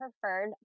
preferred